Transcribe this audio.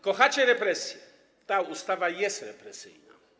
Kochacie represje, ta ustawa jest represyjna.